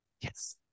Yes